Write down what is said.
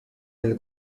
del